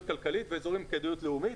הכלכלית ואזורים עם כדאיות לאומית,